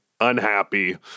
unhappy